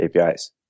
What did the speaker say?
APIs